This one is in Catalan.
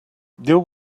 déu